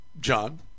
John